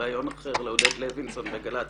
בראיון אחר לעודד לוינסון בגל"ץ